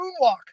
moonwalk